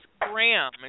Graham